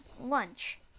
Lunch